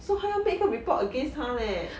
so 他要 make a report against 他 leh